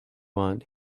want